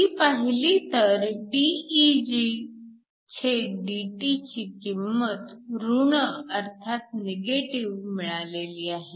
ती पाहिली तर dEgdT ची किंमत ऋण अर्थात निगेटिव्ह मिळालेली आहे